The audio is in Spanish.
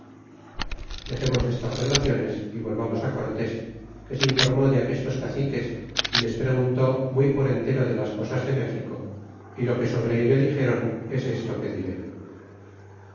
dexemos estas relaciones y volvamos cortés que se informó de aquestos caciques y les preguntó muy por entero de las cosas de méxico y lo que sobre ello dixéron es esto que diré